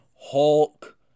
Hulk